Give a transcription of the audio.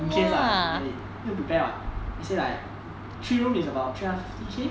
in case lah in the way 不用 prepare what let's say like three room is about three hundred and fifty K